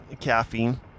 caffeine